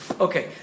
Okay